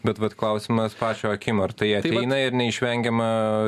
bet vat klausimas pačio akim ar tai ateina ir neišvengiama